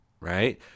right